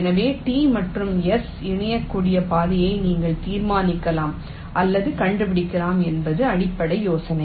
எனவே T மற்றும் S இணைக்கக்கூடிய பாதையை நீங்கள் தீர்மானிக்கலாம் அல்லது கண்டுபிடிக்கலாம் என்பது அடிப்படை யோசனை